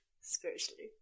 Spiritually